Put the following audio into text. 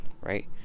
right